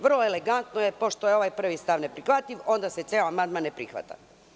Vrlo elegantno, pošto je ovaj prvi stav ne prihvatljiv, onda se ceo amandman ne prihvata.